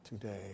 today